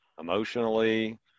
emotionally